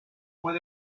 mois